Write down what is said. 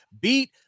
beat